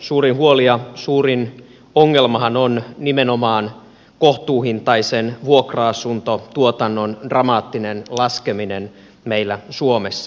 suurin huoli ja suurin ongelmahan on nimenomaan kohtuuhintaisen vuokra asuntotuotannon dramaattinen laskeminen meillä suomessa